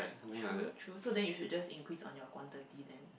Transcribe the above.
true true so then you should just increase on your quantity then